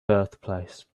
birthplace